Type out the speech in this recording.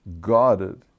guarded